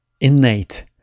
innate